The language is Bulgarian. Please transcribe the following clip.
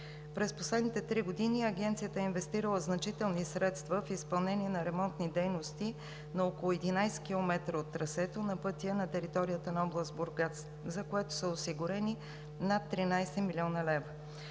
През последните три години Агенцията е инвестирала значителни средства в изпълнение на ремонтни дейности на около 11 километра от трасето на пътя на територията на област Бургас, за което са осигурени над 13 млн. лв.